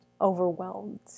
overwhelmed